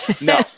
No